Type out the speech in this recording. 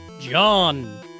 John